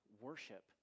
worship